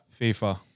FIFA